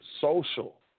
social